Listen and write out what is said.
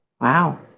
Wow